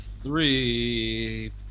three